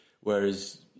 whereas